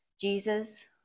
Jesus